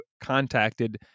contacted